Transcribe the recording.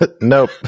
Nope